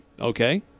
Okay